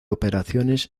operaciones